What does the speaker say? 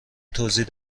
توضیح